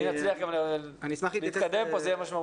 אם נצליח התקדם כאן, זה יהיה משמעותי.